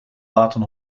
laten